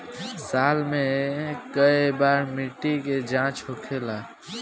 साल मे केए बार मिट्टी के जाँच होखेला?